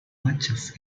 watches